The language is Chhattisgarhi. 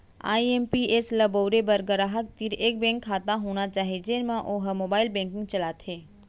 आई.एम.पी.एस ल बउरे बर गराहक तीर एक बेंक खाता होना चाही जेन म वो ह मोबाइल बेंकिंग चलाथे